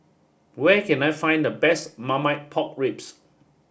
where can I find the best Marmite Pork Ribs